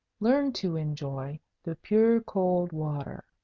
learn to enjoy the pure cold water.